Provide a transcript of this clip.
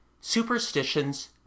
Superstitions